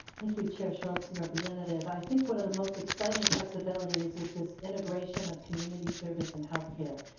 thank you chair schultz and representative i think one of the most exciting possibilities is this integration of community service and health care.